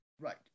Right